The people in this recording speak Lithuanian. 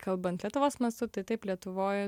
kalbant lietuvos mastu tai taip lietuvoj